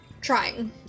trying